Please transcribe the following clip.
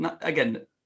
again